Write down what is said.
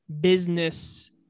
business